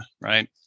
right